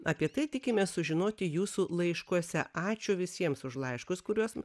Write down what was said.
apie tai tikimės sužinoti jūsų laiškuose ačiū visiems už laiškus kuriuos